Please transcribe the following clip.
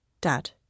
Dad